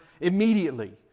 immediately